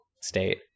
state